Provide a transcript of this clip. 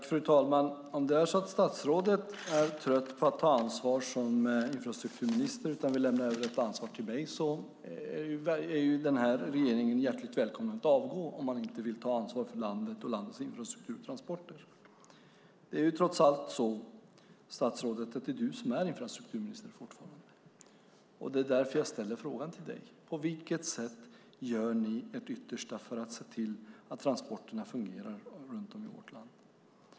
Fru talman! Om statsrådet är trött på att ta ansvar som infrastrukturminister och vill lämna över ansvaret till mig är denna regering hjärtligt välkommen att avgå om man inte vill ta ansvar för landet och landets infrastruktur och transporter. Det är trots allt så, statsrådet, att det är du som fortfarande är infrastrukturminister. Det är därför jag ställer frågan till dig: På vilket sätt gör ni ert yttersta för att se till att transporterna fungerar runt om i vårt land?